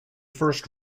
first